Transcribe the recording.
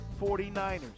49ers